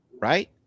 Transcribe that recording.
Right